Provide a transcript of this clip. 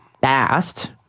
fast